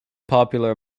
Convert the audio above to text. popular